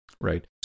Right